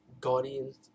Guardians